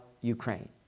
Ukraine